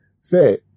Say